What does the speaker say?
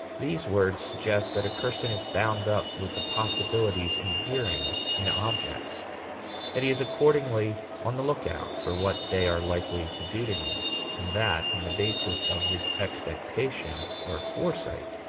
these words suggest that a person is bound up with the possibilities inhering in objects that he is accordingly on the lookout for what they are likely to do to him and that, on the basis of his expectation or foresight,